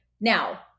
Now